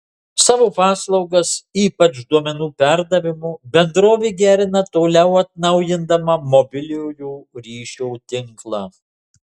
savo paslaugas ypač duomenų perdavimo bendrovė gerina toliau atnaujindama mobiliojo ryšio tinklą